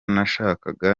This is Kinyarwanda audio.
nashakaga